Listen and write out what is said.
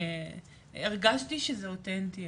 הרגשתי שזה אותנטי,